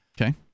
Okay